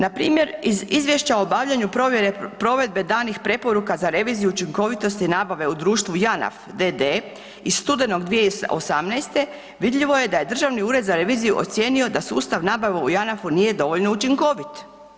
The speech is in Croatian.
Npr. iz izvješća o obavljanju provedbe danih preporuka za reviziju učinkovitosti nabave u društvu Janaf d.d. iz studenog 2018. vidljivo je da je Državni ured za reviziju ocijenio da sustav nabave u Janafu nije dovoljno učinkovit.